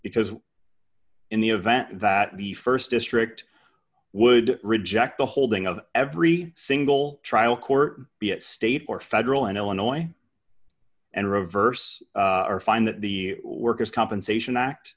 because in the event that the st district would reject the holding of every single trial court be it state or federal in illinois and reverse or find that the worker's compensation act